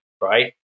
right